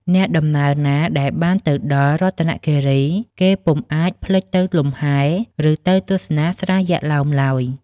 អ្នកដំណើរណា ដែលបានទៅដល់រតនគិរី គេពុំអាចភ្លេចទៅលំហែ ឬទៅទស្សនាស្រះយក្ខឡោមឡើយ។